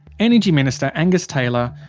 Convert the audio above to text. energy minister angus taylor,